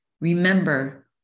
Remember